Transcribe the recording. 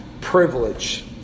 privilege